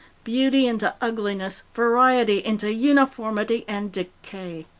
beauty into ugliness, variety into uniformity and decay.